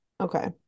Okay